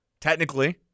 technically